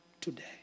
today